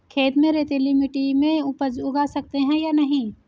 खेत में रेतीली मिटी में उपज उगा सकते हैं या नहीं?